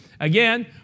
Again